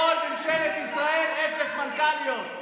בכל ממשלת ישראל, אפס מנכ"ליות.